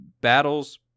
Battles